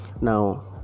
Now